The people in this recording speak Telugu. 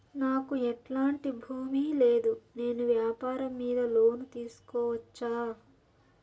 నాకు ఎట్లాంటి భూమి లేదు నేను వ్యాపారం మీద లోను తీసుకోవచ్చా?